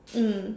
mm